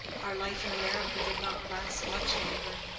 our life in america did not last much longer.